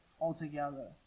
altogether